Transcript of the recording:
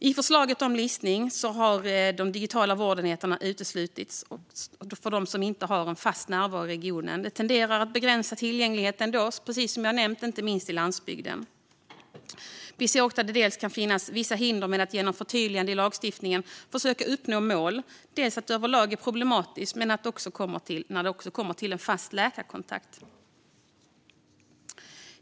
I förslaget om listning har de digitala vårdenheterna uteslutits för dem som inte har en fast närvaro i regionen. Det tenderar att begränsa tillgängligheten, precis som jag har nämnt, inte minst på landsbygden. Vi ser också att det dels kan finnas vissa hinder med att genom förtydliganden i lagstiftningen försöka uppnå mål, dels att det överlag är problematiskt när det kommer till en fast läkarkontakt.